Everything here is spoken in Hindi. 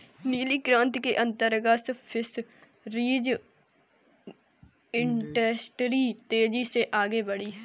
नीली क्रांति के अंतर्गत फिशरीज इंडस्ट्री तेजी से आगे बढ़ी